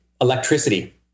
electricity